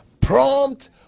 prompt